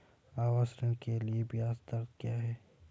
आवास ऋण के लिए ब्याज दर क्या हैं?